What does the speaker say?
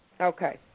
Okay